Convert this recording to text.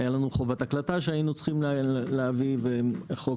היתה לנו חובת הקלטה שהיינו צריכים להביא וחוק